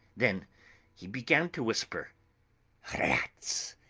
then he began to whisper rats,